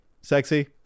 Sexy